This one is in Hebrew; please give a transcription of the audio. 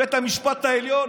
בית המשפט העליון,